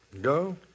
Go